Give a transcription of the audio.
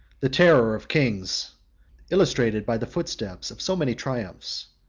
the terror of kings illustrated by the footsteps of so many triumphs,